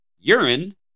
urine